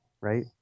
right